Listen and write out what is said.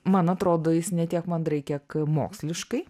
man atrodo jis ne tiek mandrai kiek moksliškai